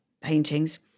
paintings